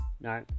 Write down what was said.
No